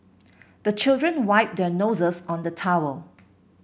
the children wipe their noses on the towel